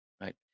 Right